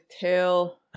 tail